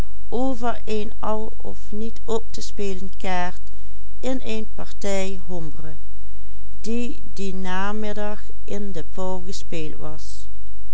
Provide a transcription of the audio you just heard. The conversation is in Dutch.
een partij hombre die dien namiddag in de pauw gespeeld was